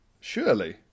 surely